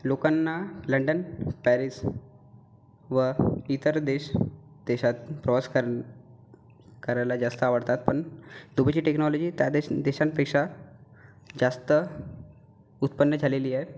लोकांना London Paris व इतर देश देशात प्रवास कर करायला जास्त आवडतात पण दुबईची टेक्नॉलॉजी त्या देश देशांपेक्षा जास्त उत्पन्न झालेली आहे